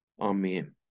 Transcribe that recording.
amen